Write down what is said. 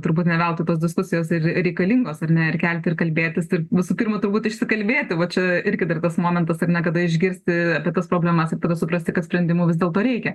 turbūt ne veltui tos diskusijos ir reikalingos ar ne ir kelti ir kalbėtis ir visų pirma turbūt išsikalbėti va čia irgi dar tas momentas ar ne kada išgirsti apie tas problemas ir tada suprasti kad sprendimų vis dėlto reikia